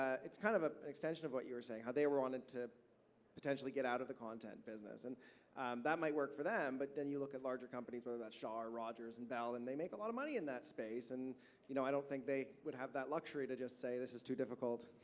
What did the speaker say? ah it's kind of of an extension of what you were saying, how they wanted to potentially get out of the content business, and that might work for them, but then you look at larger companies, whether that's shaw or rogers and bell, and they make a lot of money in that space, and you know i don't think they would have that luxury to just say this is too difficult,